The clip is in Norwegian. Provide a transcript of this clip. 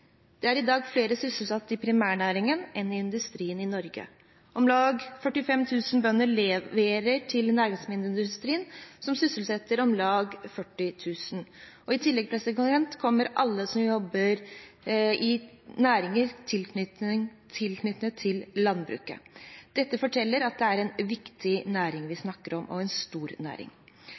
Det er i dag flere sysselsatte i primærnæringen enn i industrien i Norge. Om lag 45 000 bønder leverer til næringsmiddelindustrien, som sysselsetter om lag 40 000. I tillegg kommer alle som jobber i næringer knyttet til landbruket. Dette forteller at det er en viktig næring vi snakker om – og en stor næring.